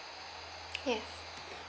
yes